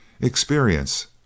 Experience